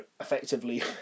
effectively